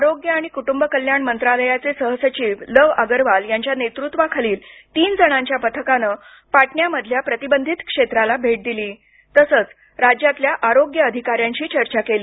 आरोग्य आणि कुटुंब कल्याण मंत्रालयाचे सहसचिव लव आगरवाल यांच्या नेतृत्वाखालील तीन जणांच्या पथकानं पाटण्यामधल्या प्रतिबंधित क्षेत्राला भेट दिली तसंच राज्यातल्या आरोग्य अधिकाऱ्यांशी चर्चा केली